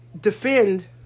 defend